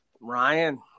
Ryan